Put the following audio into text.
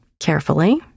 carefully